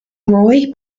roy